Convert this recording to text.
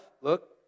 look